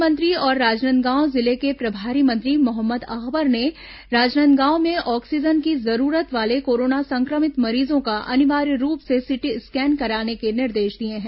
one मंत्री और राजनांदगांव जिले के प्रभारी मंत्री मोहम्मद अकबर ने राजनांदगांव में ऑक्सीजन की जरूरत वाले कोरोना संक्रमित मरीजों का अनिवार्य रूप से सिटी स्कैन कराने के निर्देश दिए हैं